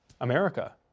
America